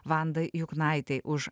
vandai juknaitei už